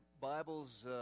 Bibles